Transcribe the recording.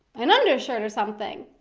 an undershirt or something.